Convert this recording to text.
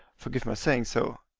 forgive my saying so,